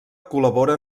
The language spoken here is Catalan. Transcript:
col·labora